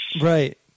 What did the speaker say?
Right